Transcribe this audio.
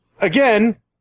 Again